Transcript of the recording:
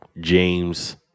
James